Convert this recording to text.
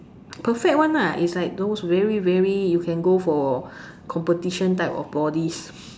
perfect one lah is like those very very you can go for competition type of bodies